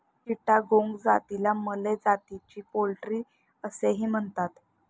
चिटागोंग जातीला मलय जातीची पोल्ट्री असेही म्हणतात